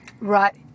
Right